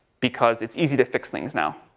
because it's easy to fix things now.